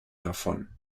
davon